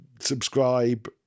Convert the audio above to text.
subscribe